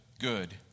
good